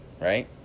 right